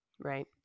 Right